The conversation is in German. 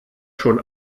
schon